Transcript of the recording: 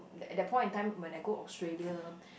at that point in time when I go Australia